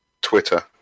Twitter